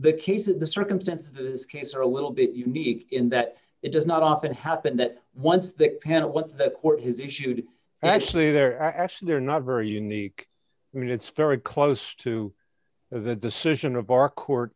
the case in the circumstances case are a little bit unique in that it does not often happen that once the panel what's the court has issued actually they're actually they're not very unique i mean it's very close to the decision of our court